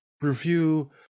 review